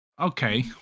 Okay